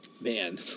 Man